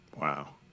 Wow